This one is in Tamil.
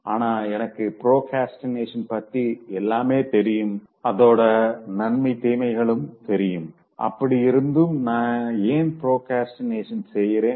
ஆனா எனக்கு பிராக்ரஸ்டினேஷன் பத்தி எல்லாமே தெரியும் அதோட நன்மை தீமைகளும் தெரியும் அப்படி இருந்தும் நா ஏன் பிராக்ரஸ்டினேட் செய்யறேன்